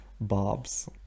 Bob's